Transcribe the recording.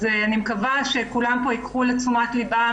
אז אני מקווה שכולם כאן ייקחו לתשומת לבם